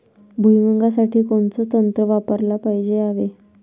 भुइमुगा साठी कोनचं तंत्र वापराले पायजे यावे?